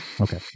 okay